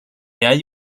hay